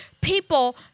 people